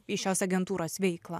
į šios agentūros veiklą